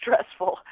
stressful